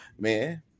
Man